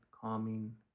calming